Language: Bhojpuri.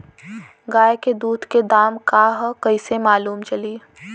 गाय के दूध के दाम का ह कइसे मालूम चली?